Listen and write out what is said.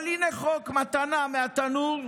אבל הינה חוק מתנה מהתנור: